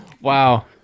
wow